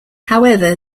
however